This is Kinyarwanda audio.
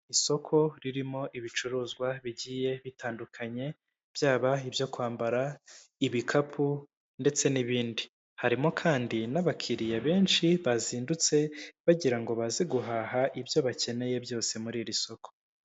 Isoko ririmo ibicuruzwa bigiye bitandukanye byaba ibyo kwambara, ibikapu ndetse n'ibindi, harimo kandi n'abakiriya benshi bazindutse bagirango ngo baze guhaha ibyo bakeneye byose muri iri soko.